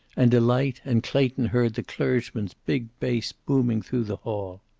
and delight, and clayton heard the clergyman's big bass booming through the hall.